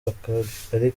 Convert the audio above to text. akagari